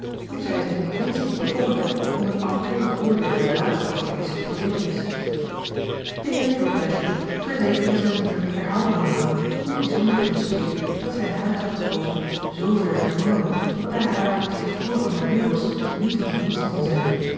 hoe zij zich in t minst niet bekommerde om het afkeurend oordeel der laatste over deze verbintenis de heer john dashwood verzekerde zijne moeder herhaalde malen hoe bijzonder het hem speet dat zij een huis had gekozen z ver van norland dat hij haar met het vervoer van haar meubels niet van dienst kon zijn